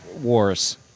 wars